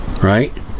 right